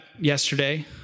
yesterday